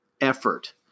effort